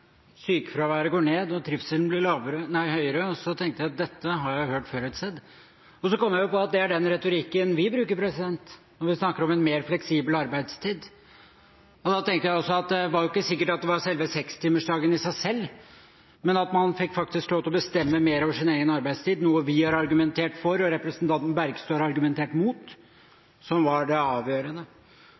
sykefraværet går ned og trivselen blir høyere, og jeg tenkte at dette har jeg hørt før et sted. Da kom jeg på at det er den retorikken vi bruker når vi snakker om en mer fleksibel arbeidstid. Da tenkte jeg også at det ikke var sikkert at det var selve sekstimersdagen i seg selv, men at man faktisk fikk lov til å bestemme over sin egen arbeidstid – noe vi har argumentert for og representanten Bergstø har argumentert imot – som var det avgjørende.